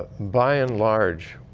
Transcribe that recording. by and large,